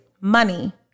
money